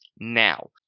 now